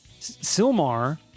Silmar